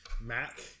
Mac